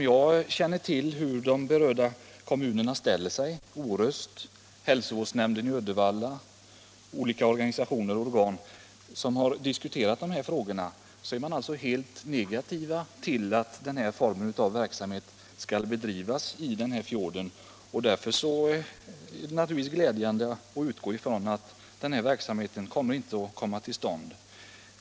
Jag känner nämligen till hur man ställer sig i de berörda kommunerna, i Orust, i hälsovårdsnämnden i Uddevalla och andra organisationer och organ som har diskuterat den här frågan — de är helt negativa till att den här typen av verksamhet skall bedrivas i fjorden. Man kan då utgå ifrån att verksamheten inte kommer till stånd.